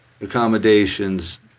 accommodations